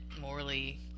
morally